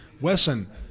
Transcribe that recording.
Wesson